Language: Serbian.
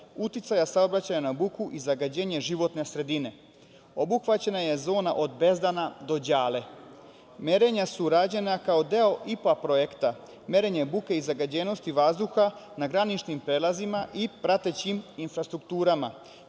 uticaja saobraćaja na buku i zagađenje životne sredine. Obuhvaćena je zona od Bezdana do Đale. Merenja su rađena kao deo IPA projekta. Merenje buke i zagađenosti vazduha na graničnim prelazima i pratećim infrastrukturama